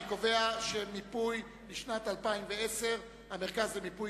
סעיף 43, המרכז למיפוי